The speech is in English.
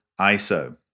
ISO